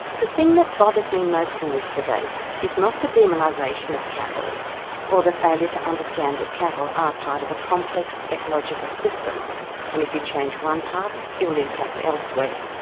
the thing that bothers me most in this debate is not the demonization of cattle or the failure to understand that cattle are part of a complex ecological system and if you change one part it will impact elsewhere.